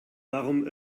darum